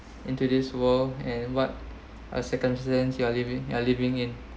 in today's world and what are circumstance you are living you are living in